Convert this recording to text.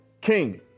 king